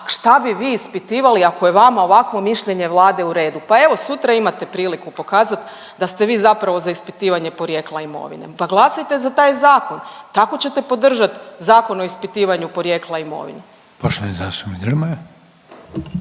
šta bi vi ispitivali ako je vama ovakvo mišljenje Vlade u redu, pa evo sutra imate priliku pokazati da ste vi zapravo za ispitivanje porijekla imovine, pa glasajte za taj zakon tako ćete podržati Zakon o ispitivanju porijekla imovine. **Reiner, Željko